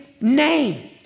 name